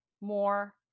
more